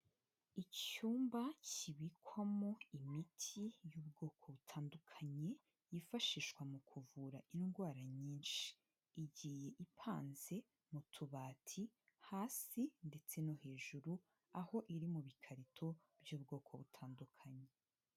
Icyumba kibikwamo imiti y'ubwoko butandukanye yifashishwa mu kuvura indwara nyinshi, igiye ipanze mu tubati hasi ndetse no hejuru aho iri mu bikarito by'ubwoko butandukanye.